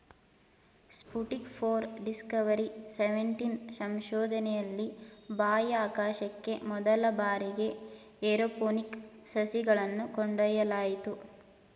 Sputnik four, Discovery seventeen ಸಂಶೋಧನೆಯಲ್ಲಿ ಬಾಹ್ಯಾಕಾಶಕ್ಕೆ ಮೊದಲ ಬಾರಿಗೆ ಏರೋಪೋನಿಕ್ ಸಸಿಗಳನ್ನು ಕೊಂಡೊಯ್ಯಲಾಯಿತು